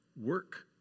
work